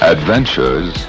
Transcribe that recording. Adventures